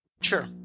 Sure